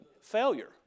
failure